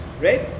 right